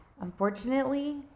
Unfortunately